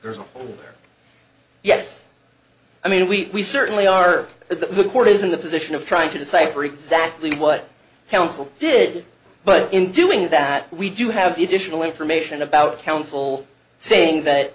where yes i mean we certainly are the court is in the position of trying to decipher exactly what counsel did but in doing that we do have the additional information about counsel saying that